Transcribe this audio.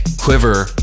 Quiver